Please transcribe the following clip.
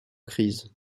crise